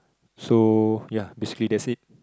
so ya basically that's it